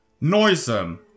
noisome